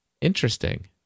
interesting